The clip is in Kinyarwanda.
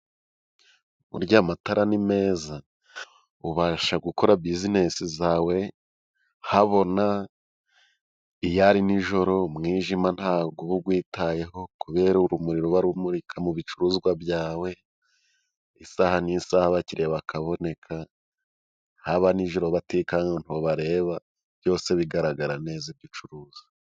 Burya amatara ni meza, ubasha gukora bizinesi zawe habona iyo ari nijoro umwijima ntago uba ugwitayeho kubera urumuri ruba rumurika mu bicuruzwa byawe, isaha n'isaha abakiriya bakaboneka haba nijoro batikanga ngo nta bareba, byose bigaragara neza ibyo ucuruza.